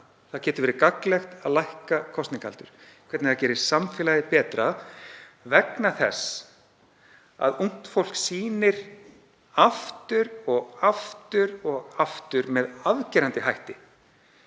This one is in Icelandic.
það getur verið gagnlegt að lækka kosningaaldur, hvernig það gerir samfélagið betra, vegna þess að ungt fólk sýnir aftur og aftur með afgerandi hætti